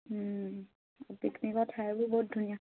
পিকনিকৰ ঠাইবোৰ বহুত ধুনীয়া